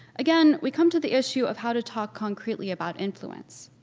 again, we come to the issue of how to talk concretely about influence.